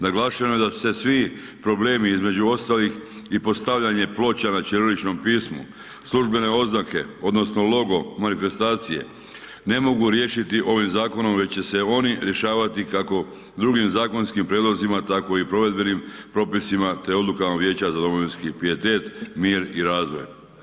Naglašeno je da se svi problemi, između ostalih i postavljanje ploča na ćiriličnom pismu, službene oznake odnosno logo manifestacije, ne mogu riješiti ovim zakonom već se oni rješavati kako drugim zakonskim prijedlozima, tako i provedbenim propisima te odlukama Vijeća za domovinski pijetet, mir i razvoj.